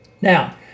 Now